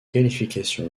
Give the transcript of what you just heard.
qualifications